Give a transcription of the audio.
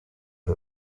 who